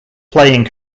playing